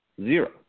Zero